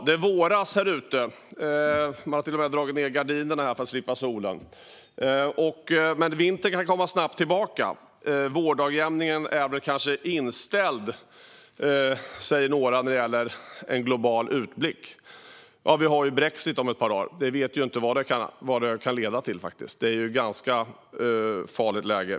Det våras utomhus; man har till och med dragit ned gardinerna för fönstren här utanför, för att slippa solen. Men vintern kan snabbt komma tillbaka. Vårdagjämningen är väl kanske inställd, säger några, när det gäller en global utblick. Ja, vi har ju brexit om ett par dagar. Vi vet faktiskt inte vad det kan leda till, utan det är ett ganska farligt läge.